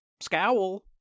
Scowl